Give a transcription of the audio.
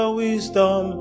wisdom